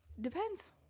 Depends